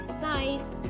size